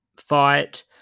fight